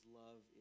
love